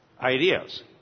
ideas